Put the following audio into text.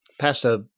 Pastor